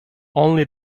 only